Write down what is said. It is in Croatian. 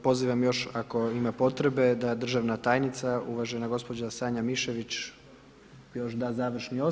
Pozivam još ako ima potrebe da državna tajnica, uvažena gospođa Sanja Mišević još da završni osvrt.